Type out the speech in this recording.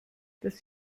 das